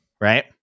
right